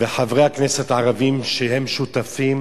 וחברי הכנסת הערבים שהם שותפים